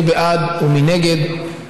מי בעד ומי נגד?